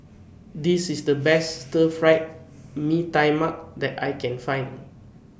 This IS The Best Stir Fried Mee Tai Mak that I Can Find